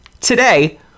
today